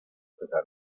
pesar